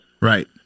Right